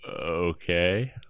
Okay